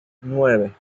nueve